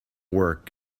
work